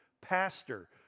pastor